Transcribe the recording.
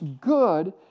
good